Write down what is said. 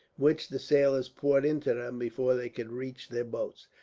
which the sailors poured into them before they could reach their boats.